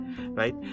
right